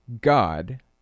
God